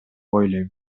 ойлойм